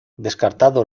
descartado